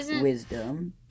wisdom